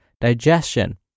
digestion